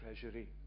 treasury